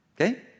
Okay